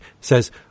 says